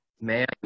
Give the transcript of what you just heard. man